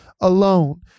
alone